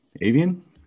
Avian